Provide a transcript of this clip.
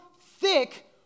thick